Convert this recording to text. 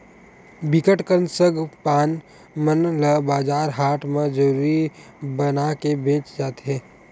बिकट कन सग पान मन ल बजार हाट म जूरी बनाके बेंचे जाथे